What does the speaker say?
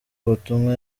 ubutumwa